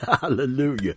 Hallelujah